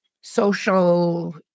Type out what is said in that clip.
social